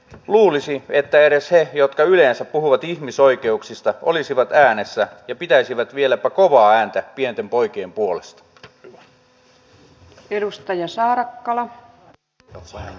luulisi että edes he jotka yleensä puhuvat ihmisoikeuksista olisivat äänessä ja pitäisivät vieläpä kovaa ääntä pienten poikien puolesta